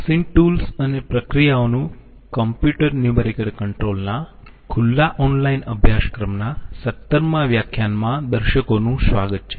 machine tools અને પ્રક્રિયાઓનું computer numerical control ના ખુલ્લા ઑનલાઈન અભ્યાસક્રમના 17મા વ્યાખ્યાનમાં દર્શકોનું સ્વાગત છે